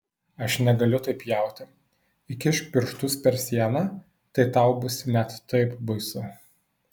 aš negaliu taip pjauti įkišk pirštus per sieną tai tau bus net taip baisu